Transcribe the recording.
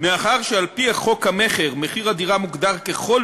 על חשבון מחיר הדירה, סכום